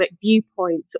viewpoint